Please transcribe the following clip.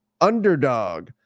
Underdog